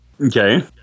Okay